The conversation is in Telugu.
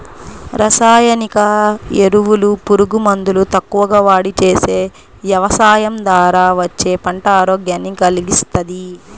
రసాయనిక ఎరువులు, పురుగు మందులు తక్కువగా వాడి చేసే యవసాయం ద్వారా వచ్చే పంట ఆరోగ్యాన్ని కల్గిస్తది